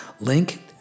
link